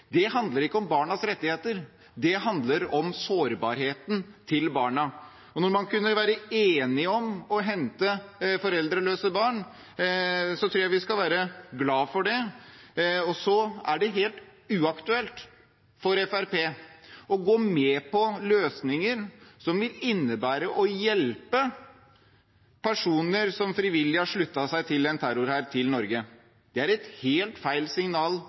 Det handler ikke om barnas rettigheter, det handler om sårbarheten til barna. At man kunne være enig om å hente foreldreløse barn, tror jeg vi skal være glad for. Så er det helt uaktuelt for Fremskrittspartiet å gå med på løsninger som vil innebære å hjelpe personer til Norge som frivillig har sluttet seg til en terrorhær. Det er et helt feil signal